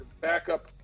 backup